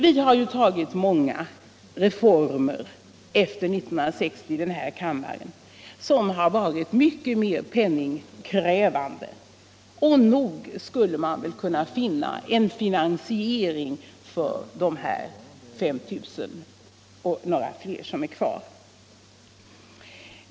Vi har efter 1960 fattat beslut om många reformer, som har varit mycket mer penningkrävande än denna — och nog skulle man kunna finna en form för finansiering när det gäller de drygt 5 000 änkor som är kvar.